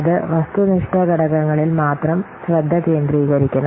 അത് വസ്തുനിഷ്ഠ ഘടകങ്ങളിൽ മാത്രം ശ്രദ്ധ കേന്ദ്രീകരിക്കണം